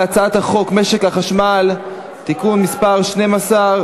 הצעת חוק משק החשמל (תיקון מס' 12),